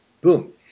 Boom